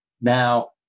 Now